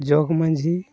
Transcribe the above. ᱡᱚᱜᱽᱢᱟᱹᱡᱷᱤ